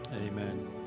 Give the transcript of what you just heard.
Amen